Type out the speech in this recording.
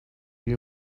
you